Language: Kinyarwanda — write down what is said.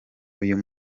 uyu